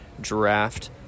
draft